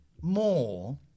more